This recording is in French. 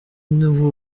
nouveau